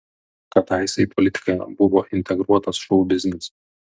kadaise į politiką buvo integruotas šou biznis